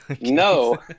No